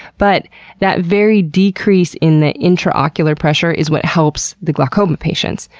but that varied decrease in the intraocular pressure is what helps the glaucoma patients.